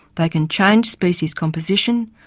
they can change species composition,